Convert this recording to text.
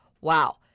wow